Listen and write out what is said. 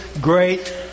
great